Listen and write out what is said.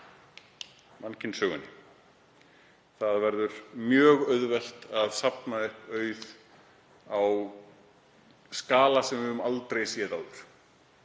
mannkynssögunni. Það verður mjög auðvelt að safna auð á skala sem við höfum aldrei séð áður.